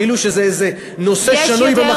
כאילו זה איזה נושא שנוי במחלוקת.